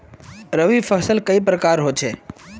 रवि फसल कई प्रकार होचे?